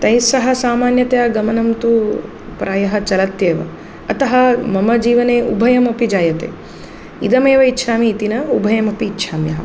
तैः सह सामान्यतया गमनं तु प्रायः चलत्येव अतः मम जीवने उभयमपि जायते इदमेव इच्छामि इति न उभयमपि इच्छाम्यहं